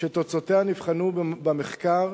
שתוצאותיה נבחנו במחקר